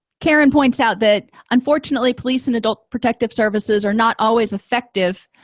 karin points out that unfortunately police and adult protective services are not always effective